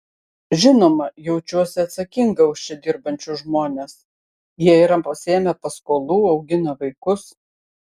žinoma jaučiuosi atsakinga už čia dirbančius žmones jie yra pasiėmę paskolų augina vaikus